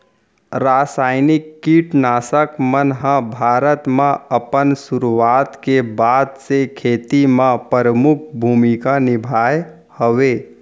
रासायनिक किट नाशक मन हा भारत मा अपन सुरुवात के बाद से खेती मा परमुख भूमिका निभाए हवे